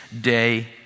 day